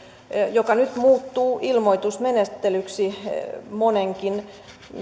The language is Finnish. joka nyt muuttuu ilmoitusmenettelyksi monenkin